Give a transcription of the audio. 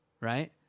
right